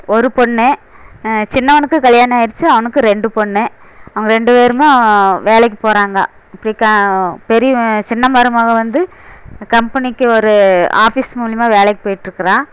ஒரு பொண்ணு சின்னவனுக்கு கல்யாணம் ஆகிருச்சி அவனுக்கு ரெண்டு பொண்ணு அவங்கள் ரெண்டு பேருங்க வேலைக்கு போகிறாங்க பெரியவன் சின்ன மருமகள் வந்து கம்பெனிக்கு ஒரு ஆஃபிஸ் மூலியமாக வேலைக்கு போய்ட்டு இருக்கிறா